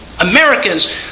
Americans